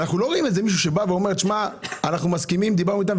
אנחנו לא רואים מישהו שאומר: אנחנו מסכימים דיברנו איתם,